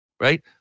Right